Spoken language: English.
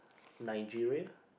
Nigeria